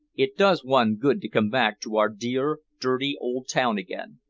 it does one good to come back to our dear, dirty old town again.